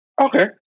Okay